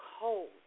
cold